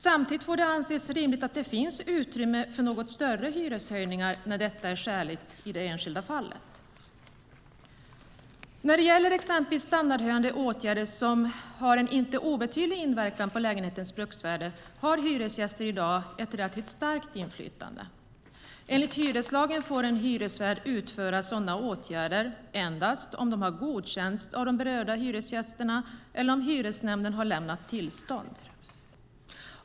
Samtidigt får det anses rimligt att det finns utrymme för något större hyreshöjningar när detta är skäligt i det enskilda fallet. När det gäller exempelvis standardhöjande åtgärder som har en inte obetydlig inverkan på lägenhetens bruksvärde har hyresgäster i dag ett relativt starkt inflytande. Enligt hyreslagen får en hyresvärd utföra sådana åtgärder endast om de har godkänts av de berörda hyresgästerna eller om hyresnämnden har lämnat tillstånd.